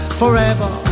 forever